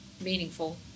meaningful